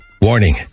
Warning